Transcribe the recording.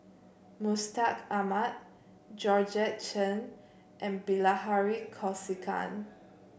Mustaq Ahmad Georgette Chen and Bilahari Kausikan